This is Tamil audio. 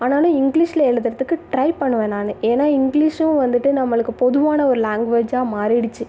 ஆனாலும் இங்கிலீஷில் எழுதுறதுக்கு ட்ரை பண்ணுவேன் நான் ஏன்னா இங்கிலீஷும் வந்துவிட்டு நம்மளுக்கு பொதுவான ஒரு லேங்குவேஜாக மாறிடிச்சு